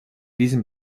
diesem